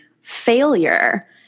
failure